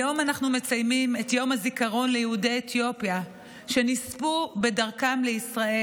היום אנחנו מציינים את יום הזיכרון ליהודי אתיופיה שנספו בדרכם לישראל.